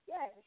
Yes